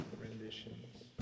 renditions